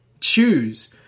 choose